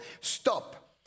stop